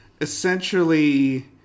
essentially